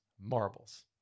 marbles